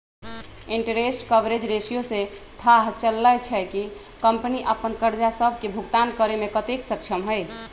interest coverage ratio से थाह चललय छै कि कंपनी अप्पन करजा सभके भुगतान करेमें कतेक सक्षम हइ